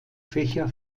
fächer